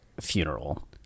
funeral